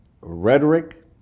rhetoric